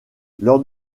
lors